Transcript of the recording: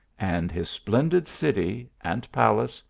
and his splendid city, and palace,